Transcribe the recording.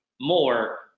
more